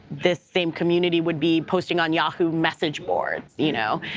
this same community would be posting on yahoo message boards, you know.